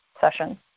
session